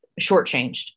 shortchanged